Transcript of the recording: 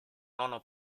nono